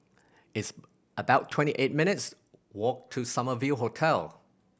it's about twenty eight minutes' walk to Summer View Hotel